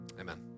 amen